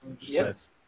yes